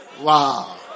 Wow